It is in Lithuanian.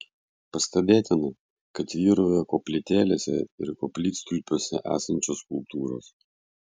pastebėtina kad vyrauja koplytėlėse ir koplytstulpiuose esančios skulptūros